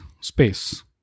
space